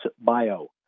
Bio